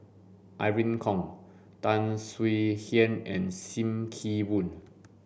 Irene Khong Tan Swie Hian and Sim Kee Boon